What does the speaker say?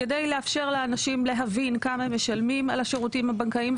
כדי לאפשר לאנשים להבין כמה הם משלמים על השירותים הבנקאיים,